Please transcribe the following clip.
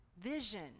vision